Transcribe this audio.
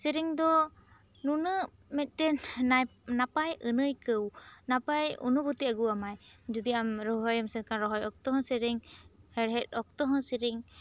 ᱥᱮᱨᱮᱧ ᱫᱚ ᱱᱩᱱᱟᱹᱜ ᱢᱤᱫ ᱴᱮᱱ ᱱᱟᱯᱟᱭ ᱟᱹᱱ ᱟᱹᱣᱠᱟᱹᱭ ᱱᱟᱯᱟᱭ ᱩᱱᱩᱵᱷᱩᱛᱤ ᱟᱹᱜᱩ ᱟᱢᱟᱭ ᱡᱩᱫᱤ ᱟᱢ ᱨᱚᱦᱚᱭ ᱮᱢ ᱥᱮᱱ ᱟᱠᱟᱱ ᱨᱚᱦᱚᱭ ᱚᱠᱛᱚ ᱦᱚᱸ ᱥᱮᱨᱮᱧ ᱦᱮᱸᱲᱦᱮᱸᱫ ᱚᱠᱛᱚ ᱦᱚᱸ ᱥᱮᱨᱮᱧ